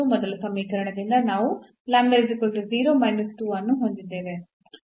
ಮೊದಲ ಸಮೀಕರಣದಿಂದ ನಾವು ಅನ್ನು ಹೊಂದಿದ್ದೇವೆ